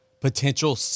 potential